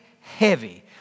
heavy